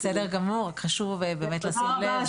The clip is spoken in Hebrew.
בסדר גמור, רק חשוב לשים לב.